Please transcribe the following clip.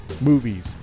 movies